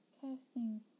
casting